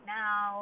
now